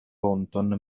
ponton